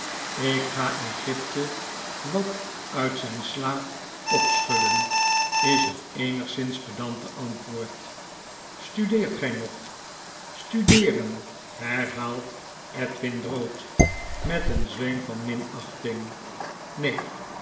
ik ga egypte wat uit zyn slaap opschudden is het eenigszins pedante antwoord studeert gij nog studeeren herhaalt edwin drood met een zweem van minachting neen